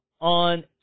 on